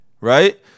right